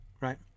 right